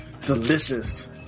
delicious